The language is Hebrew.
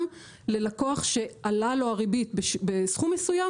ללקוח שעלה לו הריבית בסכום מסוים,